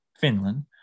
Finland